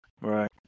Right